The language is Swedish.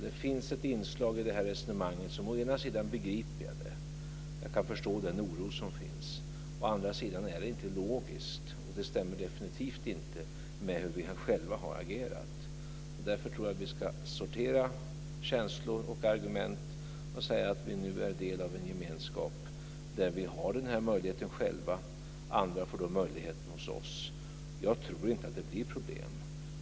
Det finns ett inslag i resonemanget som jag å ena sidan begriper - jag kan förstå den oro som finns - men å andra sidan är det inte logiskt och stämmer definitivt inte med hur vi själva har agerat. Därför tror jag att vi ska sortera känslor och argument och säga att vi nu är en del av en gemenskap där vi har den möjligheten själva. Andra får nu denna möjlighet hos oss. Jag tror att det inte några problem.